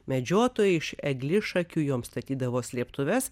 medžiotojai iš eglišakių jom statydavo slėptuves